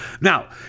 Now